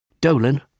Dolan